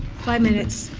five minutes.